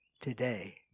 today